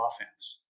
offense